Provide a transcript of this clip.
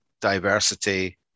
diversity